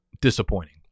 disappointing